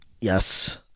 Yes